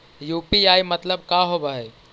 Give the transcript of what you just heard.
UPI मतलब का होब हइ?